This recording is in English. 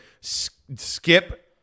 Skip